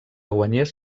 guanyés